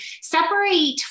separate